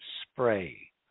spray